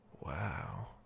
Wow